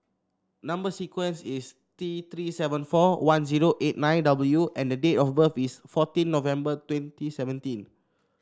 number sequence is T Three seven four one zero eight nine W and the date of birth is fourteen November twenty seventeen